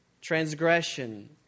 transgression